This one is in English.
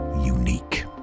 Unique